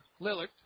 Lillard